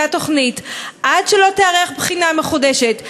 תוכנית עד שלא תיערך בחינה מחודשת,